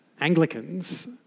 Anglicans